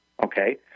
Okay